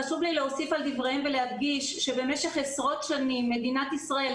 חשוב לי להוסיף על דבריהם ולהדגיש שבמשך עשרות שנים מדינת ישראל,